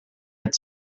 had